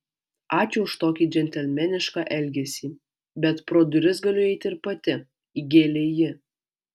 ačiū už tokį džentelmenišką elgesį bet pro duris galiu įeiti ir pati įgėlė ji